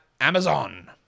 Amazon